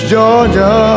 Georgia